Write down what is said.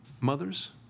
Mothers